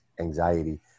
anxiety